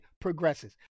progresses